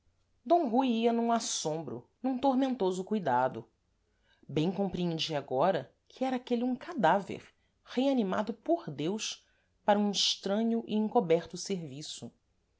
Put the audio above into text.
d rui ia num assombro num tormentoso cuidado bem compreendia agora que era aquele um cadáver reanimado por deus para um estranho e encoberto serviço